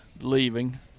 leaving